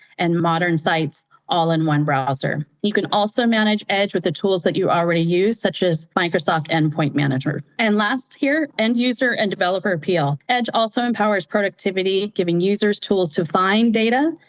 and modern sites all in one browser. you can also manage edge with the tools that you already use, use, such as microsoft endpoint manager. and last here, end user and developer appeal. edge also empowers productivity, giving users tools to find data,